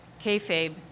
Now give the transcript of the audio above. Kayfabe